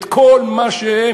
את כל מה שאין,